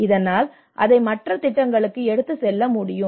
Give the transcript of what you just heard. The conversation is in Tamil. இதனால் அதை மற்ற திட்டங்களுக்கு எடுத்துச் செல்ல முடியும்